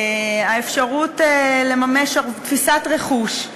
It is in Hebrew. האפשרות לממש תפיסת רכוש.